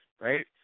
right